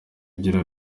agira